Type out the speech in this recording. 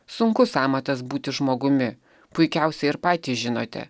sunkus amatas būti žmogumi puikiausiai ir patys žinote